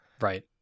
right